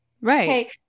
Right